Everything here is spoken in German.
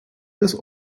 des